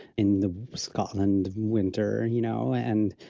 in the scotland winter, you know, and,